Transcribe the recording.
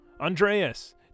Andreas